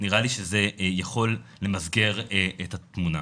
ונראה לי שזה יכול למסגר את התמונה.